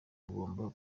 bagomba